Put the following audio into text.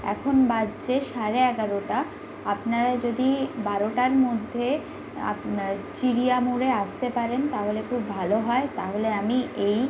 এখন বাজছে সাড়ে এগারোটা আপনারা যদি বারোটার মধ্যে চিড়িয়ামোড়ে আসতে পারেন তাহলে খুব ভালো হয় তাহলে আমি এই